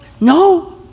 No